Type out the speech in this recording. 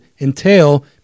entail